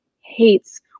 hates